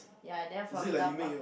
ya then from